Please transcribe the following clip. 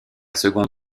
seconde